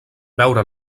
veure